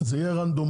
זה יהיה רנדומלי,